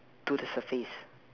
to the surface